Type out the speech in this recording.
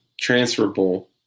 transferable